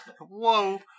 Whoa